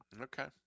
Okay